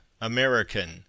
American